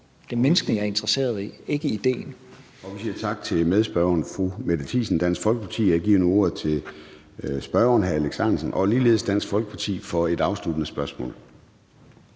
Det er menneskene, jeg er interesseret i, ikke idéen. Kl. 14:01 Formanden (Søren Gade): Vi siger tak til medspørgeren, fru Mette Thiesen fra Dansk Folkeparti, og jeg giver ordet til spørgeren, hr. Alex Ahrendtsen, ligeledes Dansk Folkeparti, for et afsluttende spørgsmål.